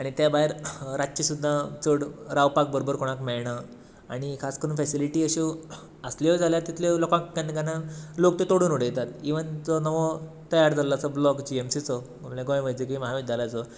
आनी ते भायर रातची सुद्दां चड रावपाक बरोबर कोणाक मेळना आनी खास करून फेसिलिटी अश्यो आसल्योय जाल्यार लोकांक केन्ना केन्ना लोक ते तोडून उडयतात इवन जे नवो तयार जाल्लो आसा बाॅल्क जी एम सी चो म्हळ्यार गोंय वैजकीय महाविद्यालयाचो